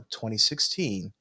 2016